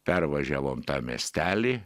pervažiavom tą miestelį